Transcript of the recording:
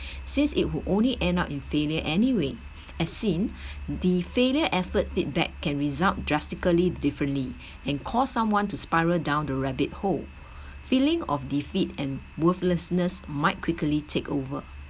since it would only end up in failure anyway as seen the failure efforts feedback can result drastically differently and cause someone to spiral down the rapid hole feeling of defeat and worthlessness might quickly take over